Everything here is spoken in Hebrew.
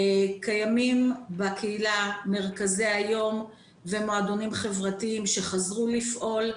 קיימים בקהילה מרכזי היום ומועדונים חברתיים שחזרו לפעול.